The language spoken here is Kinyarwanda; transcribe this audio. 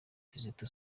kizito